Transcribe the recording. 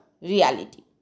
reality